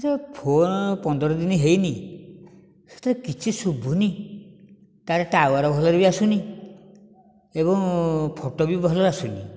ସେ ଫୋନ ପନ୍ଦର ଦିନ ହୋଇନାହିଁ ସେଥିରେ କିଛି ଶୁଭୁନି ତାର ଟାୱାର ଭଲରେ ବି ଆସୁନାହିଁ ଏବଂ ଫଟୋ ବି ଭଲ ଆସୁନାହିଁ